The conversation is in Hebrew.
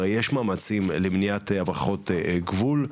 הרי יש מאמצים למניעת הברחות גבול,